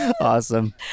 Awesome